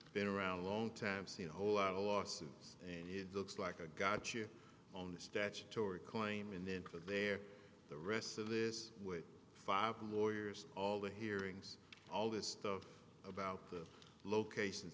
myself been around a long time seen a whole lot of lawsuits and it looks like a gotcha on the statutory claim and then for there the rest of this with five lawyers all the hearings all this stuff about the locations